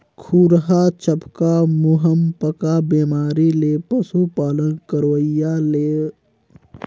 खुरहा चपका, मुहंपका बेमारी ले पसु पालन करोइया ल ढेरे अकन नुकसानी झेले बर परथे